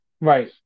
right